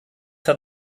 hat